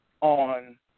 on